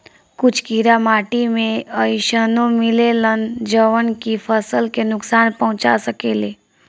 कुछ कीड़ा माटी में अइसनो मिलेलन जवन की फसल के नुकसान पहुँचा सकेले